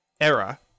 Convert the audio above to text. error